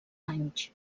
anys